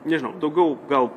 nežinau daugiau gal